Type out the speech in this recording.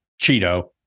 Cheeto